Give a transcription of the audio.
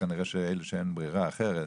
כנראה זה אלה שאין ברירה אחרת.